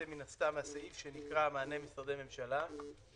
מן הסתם מתקציב שנקרא מענה משרדי ממשלה ,